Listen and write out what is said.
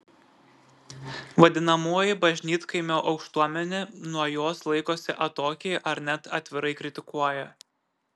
vadinamoji bažnytkaimio aukštuomenė nuo jos laikosi atokiai ar net atvirai kritikuoja